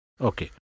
Okay